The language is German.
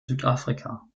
südafrika